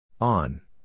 On